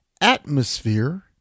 atmosphere